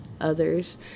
others